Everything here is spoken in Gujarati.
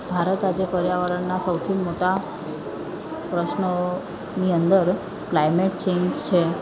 ભારત આજે પર્યાવરણના સૌથી મોટા પ્રશ્નોની અંદર કલાઈમેટ ચેન્જ છે